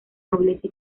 nobleza